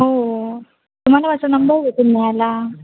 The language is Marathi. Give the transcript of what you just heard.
हो तुम्हाला माझा नंबर कुठून मिळाला